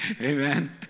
Amen